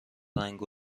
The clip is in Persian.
رنگ